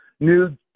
New